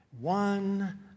One